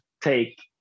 take